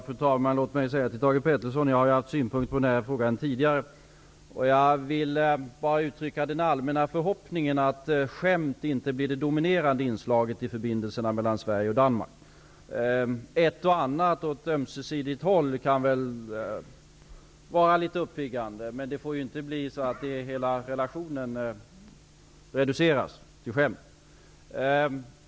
Fru talman! Låt mig säga till Thage Peterson -- jag har haft synpunkter på denna fråga tidigare -- att jag bara vill uttrycka den allmänna förhoppningen att skämt inte blir det dominerande inslaget i förbindelserna mellan Sverige och Danmark. Ett och annat åt ömsesidigt håll kan väl vara litet uppiggande, men det får inte bli så att hela relationen reduceras till skämt.